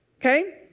Okay